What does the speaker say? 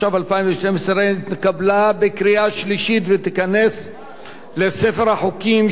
התקבלה בקריאה שלישית ותיכנס לספר החוקים של מדינת ישראל.